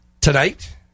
tonight